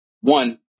one